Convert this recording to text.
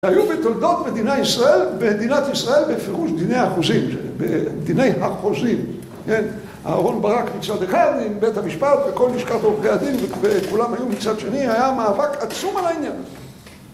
היו בתולדות מדינת ישראל בפירוש דיני החוזים... דיני החוזים, כן, אהרון ברק מצד אחד, עם בית המשפט וכל לשכת עורכי הדין וכולם היו מצד שני, היה מאבק עצום על העניין הזה